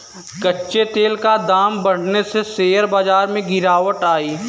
कच्चे तेल का दाम बढ़ने से शेयर बाजार में गिरावट आई